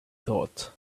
thought